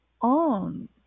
on